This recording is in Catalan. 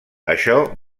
això